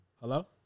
Hello